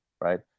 right